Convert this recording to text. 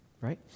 right